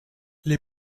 les